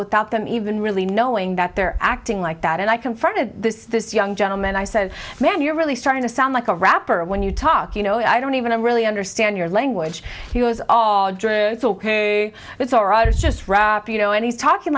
without them even really knowing that they're acting like that and i confronted this young gentleman i said man you're really starting to sound like a rapper when you talk you know i don't even really understand your language he was all it's alright it's just you know and he's talking